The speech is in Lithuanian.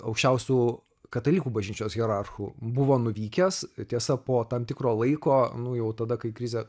aukščiausių katalikų bažnyčios hierarchų buvo nuvykęs tiesa po tam tikro laiko nu jau tada kai krizė